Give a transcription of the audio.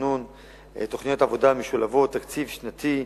תכנון תוכניות עבודה משולבות תקציב שנתיות,